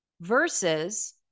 versus